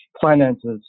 finances